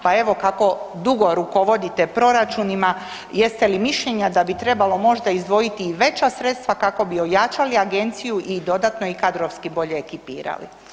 Pa evo kako dugo rukovodite proračunima jeste li mišljenja da bi trebalo možda izdvojiti i veća sredstva kako bi ojačali Agenciju i dodatno i kadrovski bolje ekipirali?